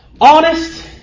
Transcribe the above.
honest